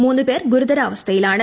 മൂന്നു പേർ ഗുരുതരാവസ്ഥയിലാണ്